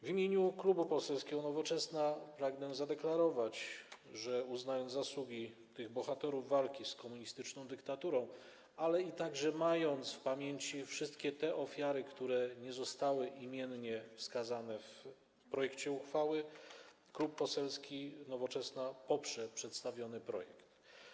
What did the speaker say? W imieniu Klubu Poselskiego Nowoczesna pragnę zadeklarować, że uznając zasługi tych bohaterów walki z komunistyczną dyktaturą, ale także mając w pamięci wszystkie te ofiary, które nie zostały imiennie wskazane w projekcie uchwały, Klub Poselski Nowoczesna poprze przedstawiony projekt.